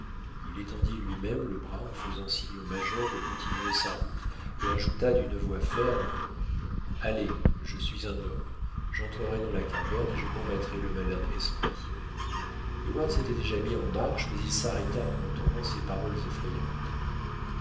il étendit lui-même le bras en faisant signe au major de continuer sa route et ajouta d'une voix ferme allez je suis un homme j'entrerai dans la caverne et je combattrai le malin esprit heyward s'était déjà mis en marche mais il s'arrêta en entendant ces paroles effrayantes